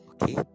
Okay